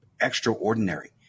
extraordinary